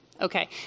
Okay